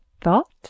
thought